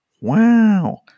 wow